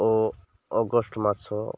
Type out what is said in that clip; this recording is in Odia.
ଓ ଅଗଷ୍ଟ ମାସ